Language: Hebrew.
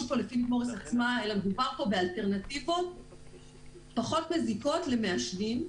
לפיליפ מוריס עצמה אלא דובר באלטרנטיבות פחות מזיקות למעשנים,